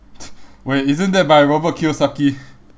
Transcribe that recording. wait isn't that by robert kiyosaki